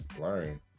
learn